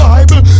Bible